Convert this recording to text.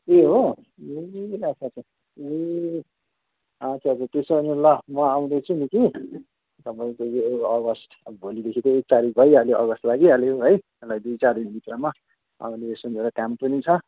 ए हो ए अच्छा अच्छा ए अच्छा अच्छा त्यसो हो भने ल म आउँदैछु नि कि तपाईँको यो अगस्त अब भोलिदेखि त एक तारिक भइहाल्यो अगस्त लागिहाल्यो है यसलाई दुई चार दिनभित्रमा आउने यसो मेरो काम पनि छ